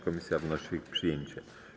Komisja wnosi o ich przyjęcie.